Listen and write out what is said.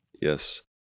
Yes